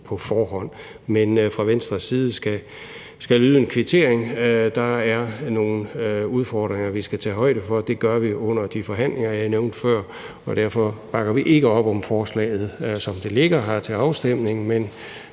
på forhånd. Men fra Venstres side skal lyde en kvittering. Der er nogle udfordringer, vi skal tage højde for, og det gør vi under de forhandlinger, jeg nævnte før. Derfor bakker vi ikke op forslaget, som det ligger her, til afstemningen, men